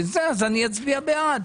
אני אצביע בעד.